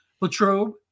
Latrobe